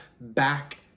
back